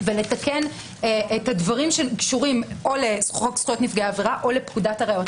ולתקן את הדברים שקשורים או לחוק זכויות נפגעי עבירה או לפקודת הראיות.